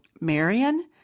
Marion